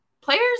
Players